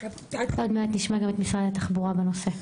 עוד מעט נשמע גם את משרד התחבורה בנושא.